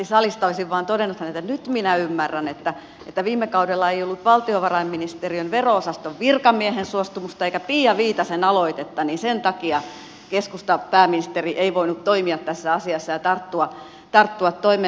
olisin vain todennut hänelle että nyt minä ymmärrän että kun viime kaudella ei ollut valtiovarainministeriön vero osaston virkamiehen suostumusta eikä pia viitasen aloitetta niin sen takia keskustapääministeri ei voinut toimia tässä asiassa ja tarttua toimeen